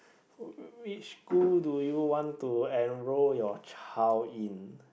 which school do you want to enrol your child in